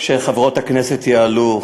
שחברות הכנסת יעלו,